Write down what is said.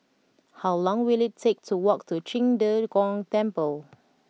how long will it take to walk to Qing De Gong Temple